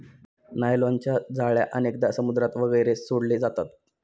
नायलॉनच्या जाळ्या अनेकदा समुद्रात वगैरे सोडले जातात